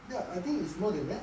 ya I think it's more than that